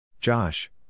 Josh